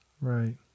Right